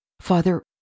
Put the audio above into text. Father